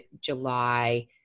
July